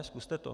Zkuste to.